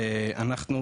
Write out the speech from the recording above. ואנחנו